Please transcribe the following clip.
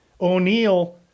O'Neill